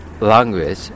language